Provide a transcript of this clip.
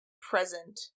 present